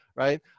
Right